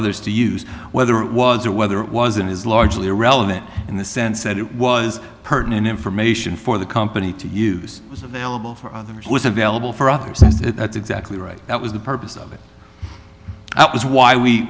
others to use whether it was or whether it was and is largely irrelevant in the sense that it was pertinent information for the company to use was available for others was available for other uses it that's exactly right that was the purpose of it that was why we